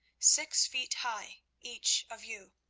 six feet high, each of you,